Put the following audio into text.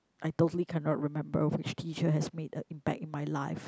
I totally cannot remember which teacher has made a impact in my life